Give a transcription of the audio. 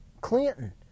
Clinton